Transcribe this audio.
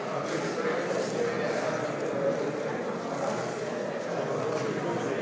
Hvala